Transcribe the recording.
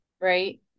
right